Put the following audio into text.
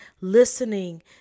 listening